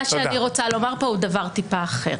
מה שאני רוצה לומר פה הוא דבר טיפה אחר.